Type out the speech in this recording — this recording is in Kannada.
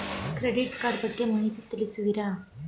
ಕ್ರೆಡಿಟ್ ಕಾರ್ಡ್ ಬಗ್ಗೆ ಮಾಹಿತಿ ತಿಳಿಸುವಿರಾ?